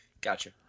Gotcha